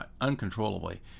uncontrollably